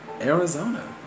Arizona